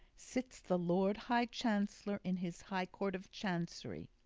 sits the lord high chancellor in his high court of chancery.